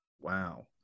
Wow